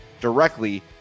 directly